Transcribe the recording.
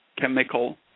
chemical